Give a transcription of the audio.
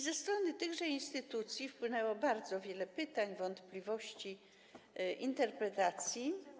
Ze strony tychże instytucji wpłynęło bardzo wiele pytań, wątpliwości, interpretacji.